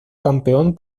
campeón